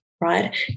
right